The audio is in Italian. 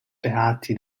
beati